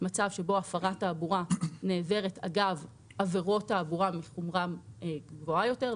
מצב שבו הפרת תעבורה נעברת אגב עבירות תעבורה מחומרה גבוהה יותר,